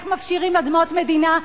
איך מפשירים אדמות מדינה,